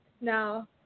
now